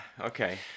Okay